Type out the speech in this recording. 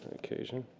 occasion.